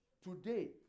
Today